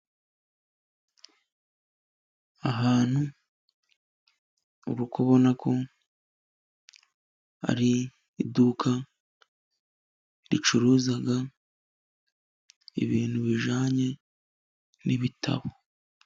Ahantu urikubona ko hari iduka, ricuruza ibintu bijyanye n'ibitabo.